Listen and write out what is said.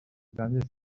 dernier